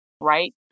Right